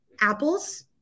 apples